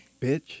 Bitch